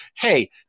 hey